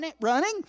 running